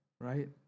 right